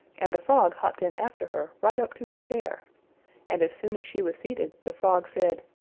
and the frog hopped in after her right up to her chair and as soon as she was seated, the frog said,